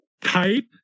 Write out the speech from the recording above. Type